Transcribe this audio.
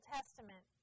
Testament